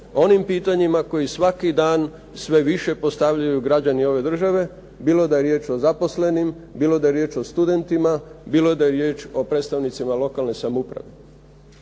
onim pitanjima koji svaki dan sve više postavljaju građani ove države, bilo da je riječ o zaposlenim, bilo da je riječ o studentima, bilo da je riječ o predstavnicima lokalne samouprave.